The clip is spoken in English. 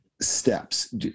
steps